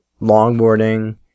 longboarding